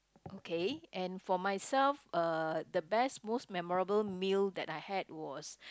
okay and for myself uh the best most memorable meal that I had was